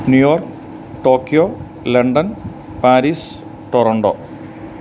New York Tokyo London Paris Toronto